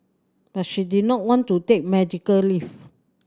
but she did not want to take medical leave